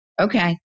Okay